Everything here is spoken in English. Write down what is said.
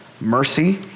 Mercy